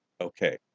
Okay